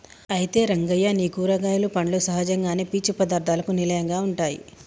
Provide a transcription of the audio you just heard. అయితే రంగయ్య నీ కూరగాయలు పండ్లు సహజంగానే పీచు పదార్థాలకు నిలయంగా ఉంటాయి